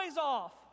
off